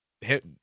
hit